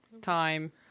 time